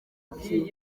iki